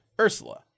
Ursula